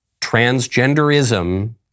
Transgenderism